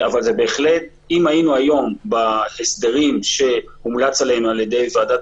בהחלט אם היינו היום בהסדרים שהומלץ עליהם על ידי ועדת